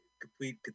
complete